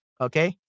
Okay